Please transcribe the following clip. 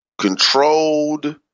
controlled